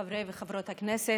חברי וחברות הכנסת,